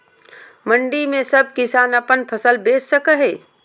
मंडी में सब किसान अपन फसल बेच सको है?